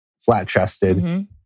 flat-chested